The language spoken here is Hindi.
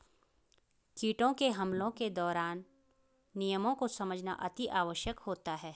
कीटों के हमलों के दौरान नियमों को समझना अति आवश्यक होता है